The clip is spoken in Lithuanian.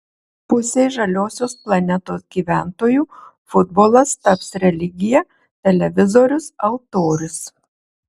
pusei žaliosios planetos gyventojų futbolas taps religija televizorius altorius